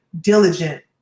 diligent